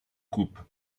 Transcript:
coupe